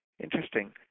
interesting